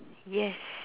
yes